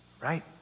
Right